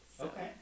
Okay